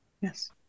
Yes